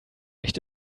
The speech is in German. nicht